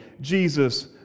Jesus